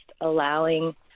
allowing